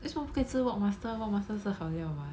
为什么不可以吃 wok master wok master 是好料 what